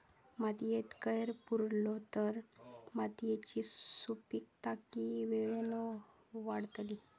मातयेत कैर पुरलो तर मातयेची सुपीकता की वेळेन वाडतली?